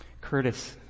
Curtis